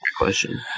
Question